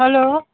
hello